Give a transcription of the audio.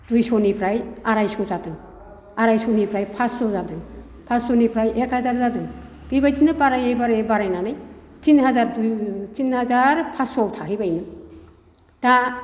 दुइस'निफ्राय आराइस' जादों आराइस'निफ्राय फासस' जादों फासस'निफ्राय एक हाजार जादों बेबादिनो बारायै बारायै बारायनानै थिन हाजार थिन हाजार पासस'आव थाहैबायमोन दा